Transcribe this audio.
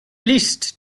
least